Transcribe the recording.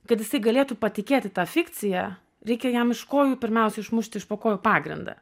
kad jisai galėtų patikėti ta fikcija reikia jam iš kojų pirmiausia išmušti iš po kojų pagrindą